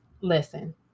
listen